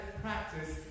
practice